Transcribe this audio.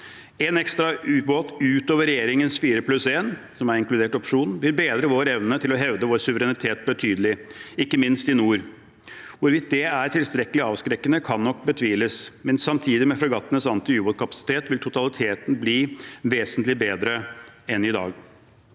En ekstra ubåt utover regjeringens fire – pluss én, som er inkludert i opsjonen – vil bedre vår evne til å hevde vår suverenitet betydelig, ikke minst i nord. Hvorvidt det er tilstrekkelig avskrekkende, kan nok betviles, men samtidig er det slik at med fregattenes antiubåtkapasitet vil totaliteten bli vesentlig bedre enn i dag.